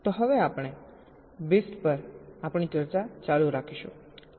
તો હવે આપણે BIST પર આપણી ચર્ચા ચાલુ રાખીશું